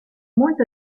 molte